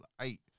eight